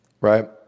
Right